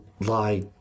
lie